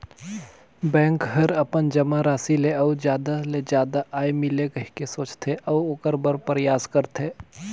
bank हर अपन जमा राशि ले अउ जादा ले जादा आय मिले कहिके सोचथे, अऊ ओखर बर परयास करथे